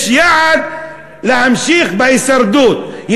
יש יעד להמשיך בהישרדות,